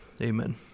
Amen